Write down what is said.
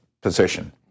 position